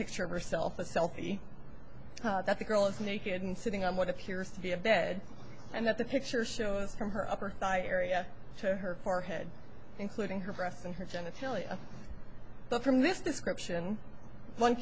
picture of herself a selfie that the girl is naked and sitting on what appears to be a bed and that the picture shows from her upper thigh area to her forehead including her breasts and her genitalia but from this description one